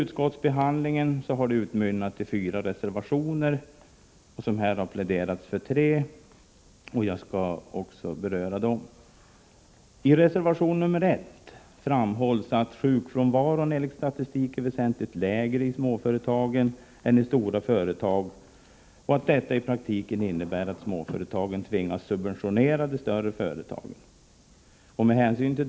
Utskottsbehandlingen har utmynnat i fyra reservationer, och talare har här pläderat för tre av dem, som jag också skall beröra. I reservation nr 1 framhålls att sjukfrånvaron enligt statistiken är väsentligt lägre i småföretagen än i de stora företagen och att detta i praktiken innebär att småföretagen tvingas subventionera de större företagen.